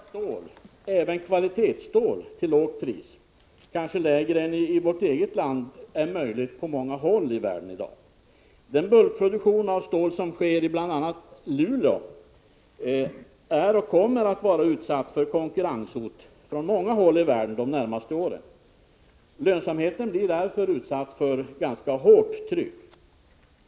Fru talman! Att tillverka stål — även kvalitetsstål — till lågt pris, kanske lägre än i vårt eget land, är möjligt på många håll i världen i dag. Den bulkproduktion av stål som sker bl.a. i Luleå är och kommer att vara utsatt för konkurrenshot från många håll i världen under de närmaste åren. Lönsamheten blir därför utsatt för ganska hårt tryck.